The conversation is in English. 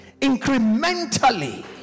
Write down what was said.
incrementally